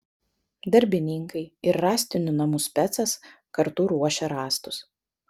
darbininkai ir rąstinių namų specas kartu ruošė rąstus